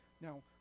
Now